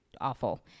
awful